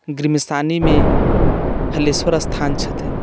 गिरमिसानीमे हलेश्वर स्थान छथिन